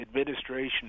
administration